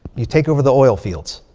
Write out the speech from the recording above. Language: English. you take over the oil fields.